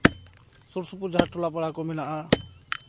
ᱥᱩᱨᱼᱥᱩᱯᱩᱨ ᱡᱟᱦᱟᱸ ᱴᱚᱞᱟ ᱯᱟᱲᱟ ᱠᱚ ᱢᱮᱱᱟᱜᱼᱟ